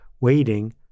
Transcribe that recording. waiting